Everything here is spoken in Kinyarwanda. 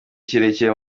kirekire